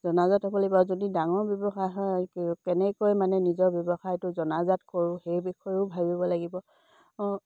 জনাজাত হ'ব লাগিব যদি ডাঙৰ ব্যৱসায় হয় কেনেকৈ মানে নিজৰ ব্যৱসায়টো জনাজাত কৰোঁ সেই বিষয়েও ভাবিব লাগিব